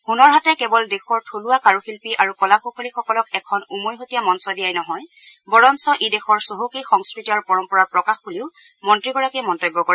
ছনৰ হাটে কেৱল দেশৰ থলুৱা কাৰুশিল্পী আৰু কলাকৃশলীসকলক এখন উমৈহতীয়া মঞ্চ দিয়াই নহয় বৰঞ্চ ই দেশৰ চহকী সংস্কৃতি আৰু পৰম্পৰাৰ প্ৰকাশ বুলি মন্ত্ৰীগৰাকীয়ে মন্তব্য কৰে